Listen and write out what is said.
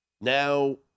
now